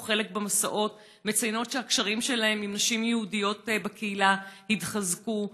חלק במסעות מציינות שהקשרים שלהן עם נשים יהודיות בקהילה התחזקו,